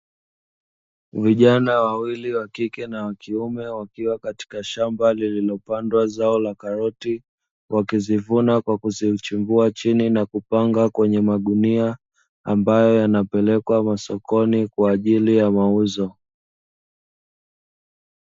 Vijana wawili wakike na wakiume wakiwa katika shamba lililopandwa zao la karoti wakizivuna kwa kuzichimbua chini na kuzipanga kwenye magunia ambayo yanapelekwa masokoni kwa ajili ya mauzo.